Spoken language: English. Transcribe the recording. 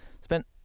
Spent